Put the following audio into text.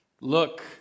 Look